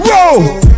Roll